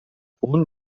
punt